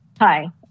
Hi